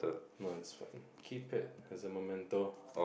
nonsense keep it as a memento